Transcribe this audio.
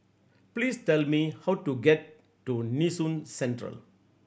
please tell me how to get to Nee Soon Central